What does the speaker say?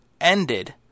ended